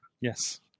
Yes